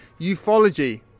ufology